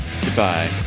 Goodbye